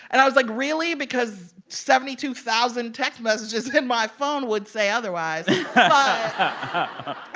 and i was like, really? because seventy two thousand text messages in my phone would say otherwise but,